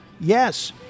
Yes